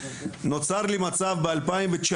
נוצר לי מצב ב- 2019,